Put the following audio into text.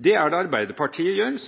Det er det Arbeiderpartiet som gjør,